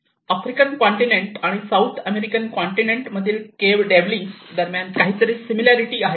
African continent आणि South American continent मधील cave dwellings दरम्यान काही सिमिलॅरिटी आहेत